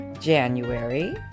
January